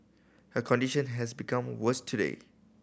her condition has become worse today